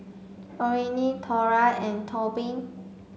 Orene Thora and Tobin